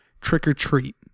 trick-or-treat